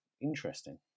interesting